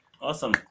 awesome